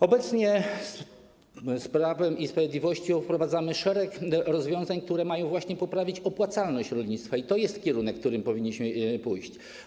Obecnie z Prawem i Sprawiedliwością wprowadzamy szereg rozwiązań, które mają właśnie poprawić opłacalność rolnictwa i to jest kierunek, w którym powinniśmy pójść.